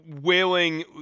wailing